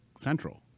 Central